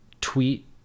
tweet